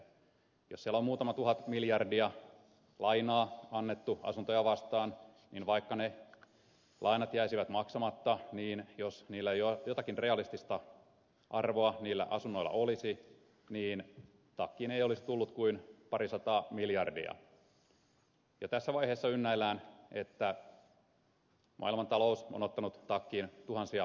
jos siellä on muutama tuhat miljardia lainaa annettu asuntoja vastaan niin vaikka ne lainat jäisivät maksamatta viime jos millä jos jotakin realistista arvoa millä summalla olisi niin takkiin ei olisi tullut kuin parisataa miljardia jos niillä asunnoilla olisi jotakin realistista arvoa ja tässä vaiheessa ynnäillään että maailmantalous on ottanut takkiin tuhansia miljardeja